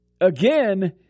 again